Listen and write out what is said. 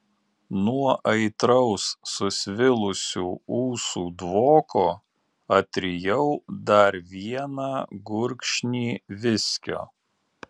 nuo aitraus susvilusių ūsų dvoko atrijau dar vieną gurkšnį viskio